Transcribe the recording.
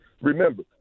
Remember